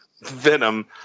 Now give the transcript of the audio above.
Venom